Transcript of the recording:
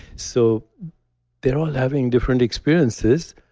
so they're all having different experiences